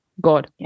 God